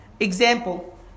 Example